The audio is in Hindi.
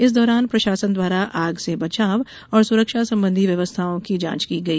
इस दौरान प्रशासन द्वारा आग से बचाव और सुरक्षा संबंधी व्यवस्थाओं की जांच की गई